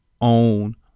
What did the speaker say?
own